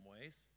ways